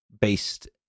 based